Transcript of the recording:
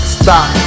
stop